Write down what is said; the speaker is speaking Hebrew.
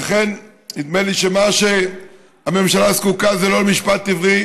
לכן נדמה לי שמה שהממשלה זקוקה זה לא למשפט עברי,